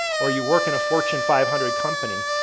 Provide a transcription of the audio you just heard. or you work in a fortune five hundred company,